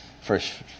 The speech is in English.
first